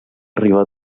arribar